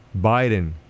Biden